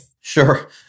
Sure